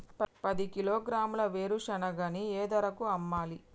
పది కిలోగ్రాముల వేరుశనగని ఏ ధరకు అమ్మాలి?